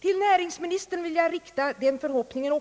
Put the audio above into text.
Till näringsministern vill jag också rikta den förhoppningen